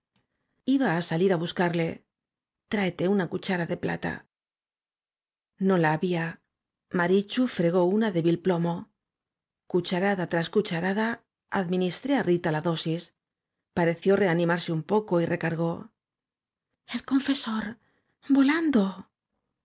iba á salir á buscarle tráete una c u chara de plata no la había marichu fregó una de vil plomo cucharada tras cucharada administré á rita la dosis pareció reanimarse un poco y recargó el confesor volando